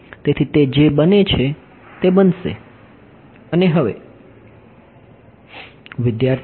તેથી તે જે છે તે બનશે હવે વિદ્યાર્થી